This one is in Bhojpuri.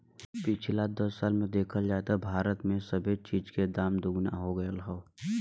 पिछला दस साल मे देखल जाए त भारत मे सबे चीज के दाम दुगना हो गएल हौ